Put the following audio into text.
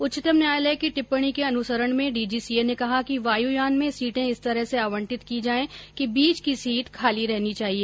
उच्चतम न्यायालय की टिप्पणी के अनुसरण में डीजीसीए ने कहा कि वायुयान में सीटें इस तरह से आवंटित की जाए कि बीच की सीट खाली रहनी चाहिए